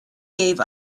gave